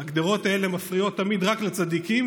ההגדרות האלה מפריעות תמיד רק לצדיקים.